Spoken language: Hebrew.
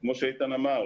כמו שאיתן אמר,